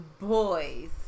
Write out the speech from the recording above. boys